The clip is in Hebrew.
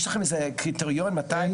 יש לכם איזה קריטריון מתי?